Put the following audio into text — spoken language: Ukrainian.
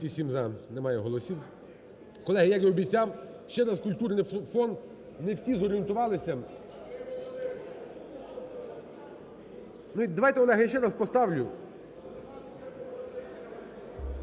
Колеги, як і обіцяв, ще раз культурний фонд, не всі зорієнтувалися. Давайте, Олег, я ще раз поставлю.